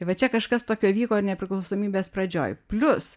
va čia kažkas tokio vyko ir nepriklausomybės pradžioj plius